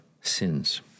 sins